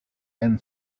and